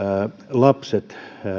lapset